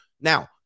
Now